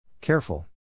Careful